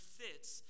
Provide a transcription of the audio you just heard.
fits